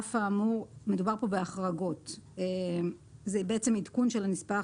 מדובר כאן בהחרגות, זה בעצם עדכון של הנספח